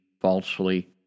falsely